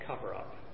cover-up